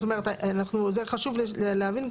זה חשוב להבין.